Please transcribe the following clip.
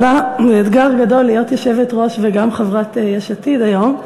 אתגר גדול להיות יושבת-ראש וגם חברת יש עתיד היום.